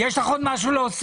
יש לך עוד משהו להוסיף?